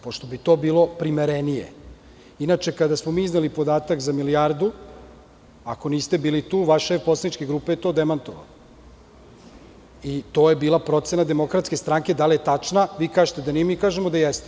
Pošto bi to bilo primerenije, inače, kada smo mi izneli podatak za milijardu, ako niste bili tu, vaša poslanička grupa je to demantovala i to je bila procena Demokratske stranke, da li je tačna, vi kažete da nije, mi kažemo da jeste.